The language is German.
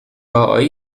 bei